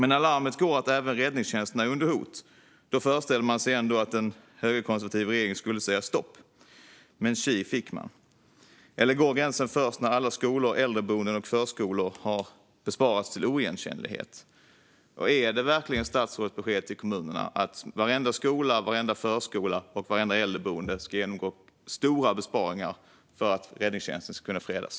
När larmet går om att även räddningstjänsterna är under hot föreställer man sig dock att en högerkonservativ regering skulle säga stopp, men tji fick man. Eller går gränsen först när alla skolor, äldreboenden och förskolor har besparats till oigenkännlighet? Är det verkligen statsrådets besked till kommunerna att varenda skola, varenda förskola och vartenda äldreboende ska genomgå stora besparingar för att räddningstjänsten ska kunna fredas?